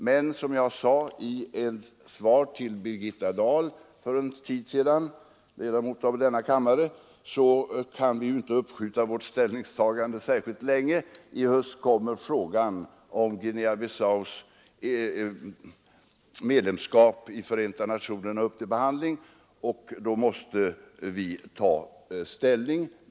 Men som jag för en tid sedan sade i ett svar till fru Birgitta Dahl, ledamot av Nr 43 denna kammare, kan vi inte uppskjuta vårt ställningstagande särskilt Onsdagen den länge. I höst kommer frågan om Guinea-Bissaus medlemskap i Förenta 20 mars 1974 nationerna upp till behandling, och då måste vi ta ställning.